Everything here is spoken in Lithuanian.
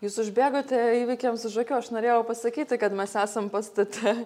jūs užbėgote įvykiams už akių aš norėjau pasakyti kad mes esam pastate